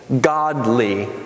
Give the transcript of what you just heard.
godly